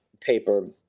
paper